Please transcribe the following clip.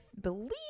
believe